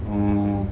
oh